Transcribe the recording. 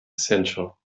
essential